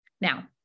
Now